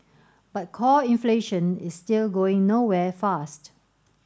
but core inflation is still going nowhere fast